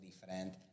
different